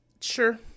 Sure